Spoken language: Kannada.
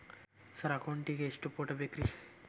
ಸರ್ ಅಕೌಂಟ್ ಗೇ ಎಷ್ಟು ಫೋಟೋ ಬೇಕ್ರಿ?